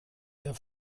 der